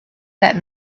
that